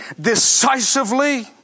decisively